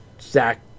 Zach